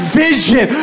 vision